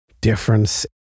difference